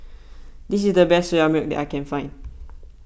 this is the best Soya Milk that I can find